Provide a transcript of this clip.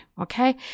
Okay